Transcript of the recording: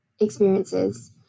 experiences